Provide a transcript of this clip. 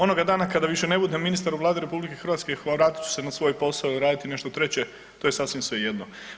Onoga dana kada više ne budem ministar u Vladi RH vratit ću se na svoj posao ili raditi nešto treće, to je sasvim svejedno.